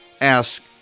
ask